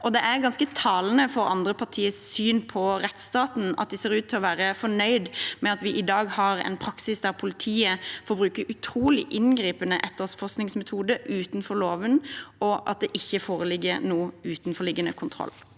Det er ganske talende for andre partiers syn på rettsstaten at de ser ut til å være fornøyd med at vi i dag har en praksis der politiet får bruke utrolig inngripende etterforskningsmetoder utenfor loven, og at det ikke foreligger noen utenforliggende kontroll.